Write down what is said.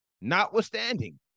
Notwithstanding